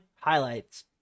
Highlights